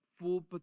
full